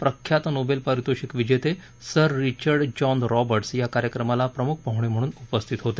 प्रख्यात नोबेल परितोषिक विजेते सर रिचर्ड जॉन रॉबर्टस या कार्यक्रमाला प्रमुख पाहुणे म्हणून उपस्थित होते